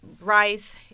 rice